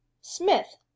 smith